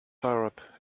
syrup